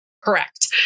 correct